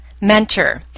mentor